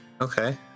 Okay